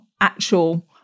actual